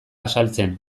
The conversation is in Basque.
azaltzen